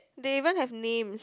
they even have names